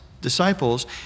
disciples